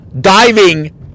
diving